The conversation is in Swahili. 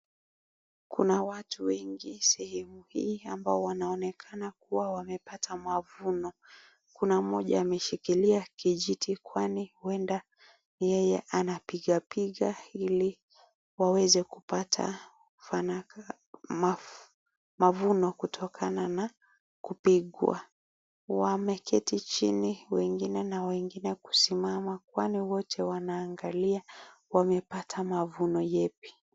Kuna watu wengi sehemu hii ambao wanaonekana kuwa wamepata mavuno. Kuna mmoja ameshikilia kijiti kwani huenda yeyeye anapigapiga ili waweze kupata fanaka mavuno kutokana na kupigwa. Wameketi chini wengine na wengine kusimama, kwani wote kwani wote wanaangalia wamepata mavuno yepi.